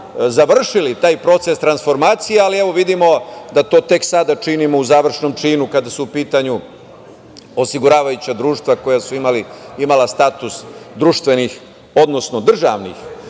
završili taj proces transformacije, ali vidimo da to tek sada činimo u završnom činu kada su u pitanju osiguravajuća društva koja su imala status društvenih, odnosno državnih.